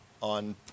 on